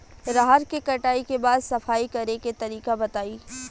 रहर के कटाई के बाद सफाई करेके तरीका बताइ?